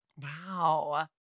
Wow